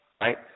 right